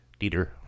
Dieter